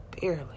Barely